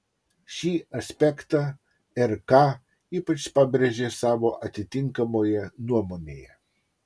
šį aspektą rk ypač pabrėžė savo atitinkamoje nuomonėje